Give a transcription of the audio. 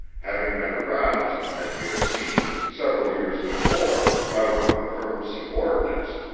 having been aroused, as we have seen, several years before, by one of the firm's subordinates,